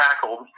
tackled